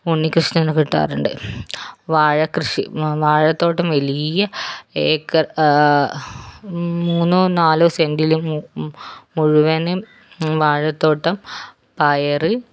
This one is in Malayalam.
ഉണ്ണികൃഷ്ണന് കിട്ടാറുണ്ട് വാഴകൃഷി വാഴത്തോട്ടം വലിയ ഏക്കർ മൂന്നോ നാലോ സെന്റിൽ മു മുഴുവനും വാഴത്തോട്ടം പയർ